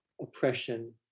oppression